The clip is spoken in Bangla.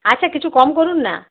আচ্ছা কিছু কম করুন না